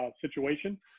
situation